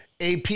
AP